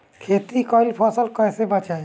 खेती कईल फसल कैसे बचाई?